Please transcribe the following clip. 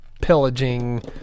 pillaging